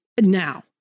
now